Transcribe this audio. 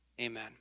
Amen